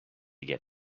get